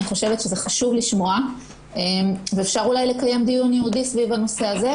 אני חושבת שזה חשוב לשמוע ואפשר אולי לקיים דיון ייעודי סביב הנושא הזה,